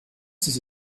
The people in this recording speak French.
ses